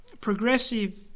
progressive